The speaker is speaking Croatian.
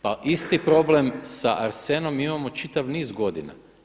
Pa isti problem sa arsenom mi imamo čitav niz godina.